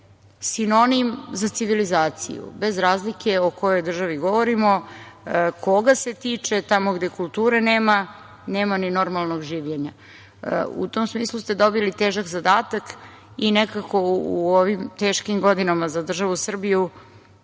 sinonim za civilizaciju, bez razlike o kojoj državi govorimo, koga se tiče. Tamo gde kulture nema, nema ni normalnog življenja.U tom smislu ste dobili težak zadatak i nekako u ovim teškim godinama za državu Srbiju